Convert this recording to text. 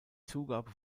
zugabe